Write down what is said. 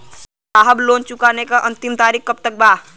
साहब लोन चुकावे क अंतिम तारीख कब तक बा?